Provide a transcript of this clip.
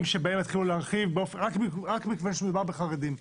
שבהם יתחילו להרחיב רק מכיוון שמדובר בחרדים.